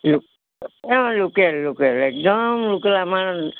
অঁ local local একদম local আমাৰ